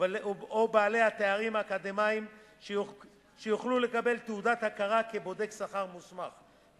בעלי התארים האקדמיים שיוכלו לקבל תעודת הכרה כבודק שכר מוסמך,